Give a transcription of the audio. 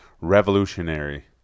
Revolutionary